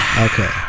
Okay